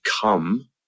come